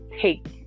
take